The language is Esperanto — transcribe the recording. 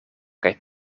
kaj